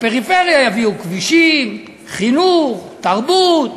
לפריפריה יביאו כבישים, חינוך, תרבות,